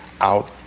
Out